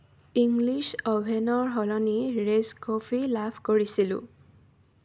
English অভেনৰ সলনি Rage coffee লাভ কৰিছিলোঁ